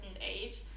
age